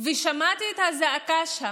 ושמעתי את הזעקה שם.